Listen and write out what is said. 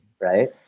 right